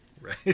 Right